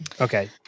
okay